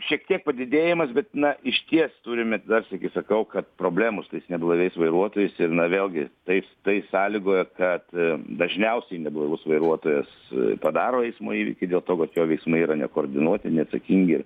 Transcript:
šiek tiek padidėjimas bet na išties turime dar sykį sakau kad problemų su tais neblaiviais vairuotojais ir na vėlgi tais tai sąlygoja kad dažniausiai neblaivus vairuotojas padaro eismo įvykį dėl to kad jo veiksmai yra nekordinuoti neatsakingi